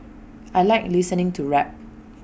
I Like listening to rap